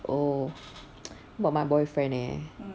oh about my boyfriend eh